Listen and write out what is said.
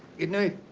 good night.